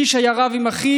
איש היה רב עם אחיו.